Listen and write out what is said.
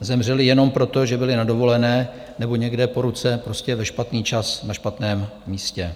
Zemřeli jenom proto, že byli na dovolené nebo někde po ruce, prostě ve špatný čas na špatném místě.